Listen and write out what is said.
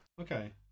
Okay